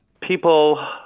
People